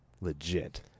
Legit